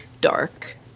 dark